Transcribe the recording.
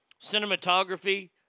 Cinematography